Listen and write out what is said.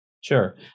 Sure